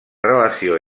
relació